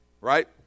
right